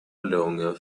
longer